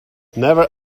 never